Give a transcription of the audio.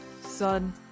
Son